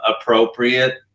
appropriate